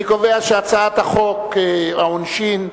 אני קובע שהצעת חוק העונשין (תיקון,